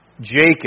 Jacob